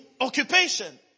occupation